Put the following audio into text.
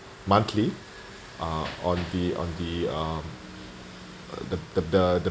monthly uh on the on the uh the the the